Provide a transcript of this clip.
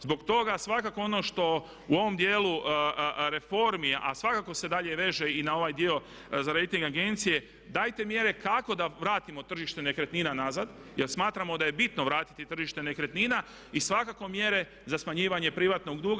Zbog toga svakako ono što u ovom djelu reformi, a svakako se dalje veže i na ovaj dio za rejting agencije dajte mjere kako da vratimo tržište nekretnina nazad jer smatramo da je bitno vratiti tržište nekretnina i svakako mjere za smanjivanje privatnog duga.